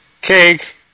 Cake